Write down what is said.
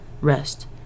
rest